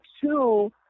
two